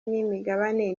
n’imigabane